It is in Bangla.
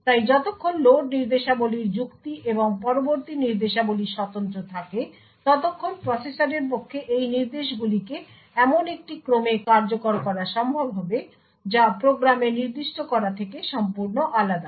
তাই যতক্ষণ লোড নির্দেশাবলীর যুক্তি এবং এই পরবর্তী নির্দেশাবলী স্বতন্ত্র থাকে ততক্ষণ প্রসেসরের পক্ষে এই নির্দেশগুলিকে এমন একটি ক্রমে কার্যকর করা সম্ভব হবে যা প্রোগ্রামে নির্দিষ্ট করা থেকে সম্পূর্ণ আলাদা